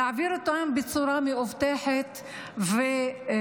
להעביר אותה בצורה מאובטחת ורגישה,